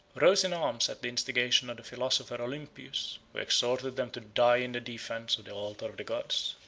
rose in arms at the instigation of the philosopher olympius, who exhorted them to die in the defence of the altars of the gods.